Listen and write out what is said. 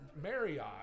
Marriott